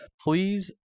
Please